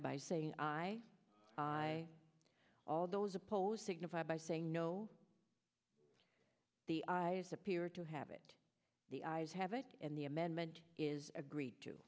by saying i i all those opposed signify by saying no the i's appear to have it the ayes have it and the amendment is agreed to